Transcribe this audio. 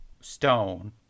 stone